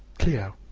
clio,